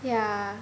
yeah